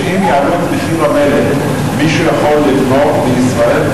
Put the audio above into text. שאם יעלו את מחיר המלט מישהו יכול לבנות בישראל,